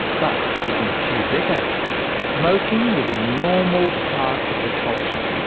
but within a few decades smoking was a normal part of the culture.